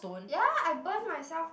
ya I burn myself